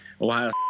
Ohio